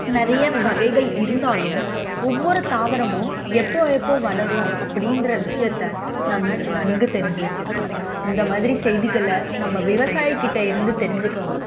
நிறைய வகைகள் இருந்தாலும் ஒவ்வொரு தாவரமும் எப்போது எப்போது வளரும் அப்படின்ற விஷயத்தை நம்ம நன்கு தெரிஞ்சு வச்சுருக்கணும் இந்த மாதிரி செய்திகளை நம்ம விவசாயி கிட்ட இருந்து தெரிஞ்சிக்கலாம்